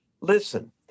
Listen